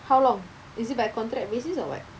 how long is it by contract basis or what